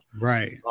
right